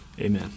amen